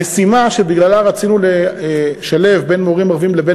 המשימה שבגללה רצינו לשלב בין מורים ערבים לבין